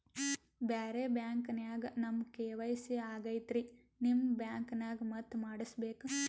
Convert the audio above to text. ಬ್ಯಾರೆ ಬ್ಯಾಂಕ ನ್ಯಾಗ ನಮ್ ಕೆ.ವೈ.ಸಿ ಆಗೈತ್ರಿ ನಿಮ್ ಬ್ಯಾಂಕನಾಗ ಮತ್ತ ಮಾಡಸ್ ಬೇಕ?